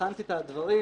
בחנתי את הדברים,